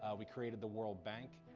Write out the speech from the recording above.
ah we created the world bank,